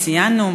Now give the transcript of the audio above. ציינו,